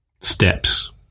steps